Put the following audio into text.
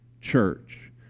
church